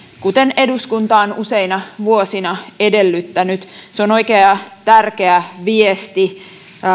kuten eduskunta on useina vuosina edellyttänyt se on oikea ja tärkeä viesti